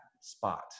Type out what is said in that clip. spot